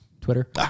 Twitter